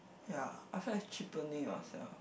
ya I feel like it's cheapening yourself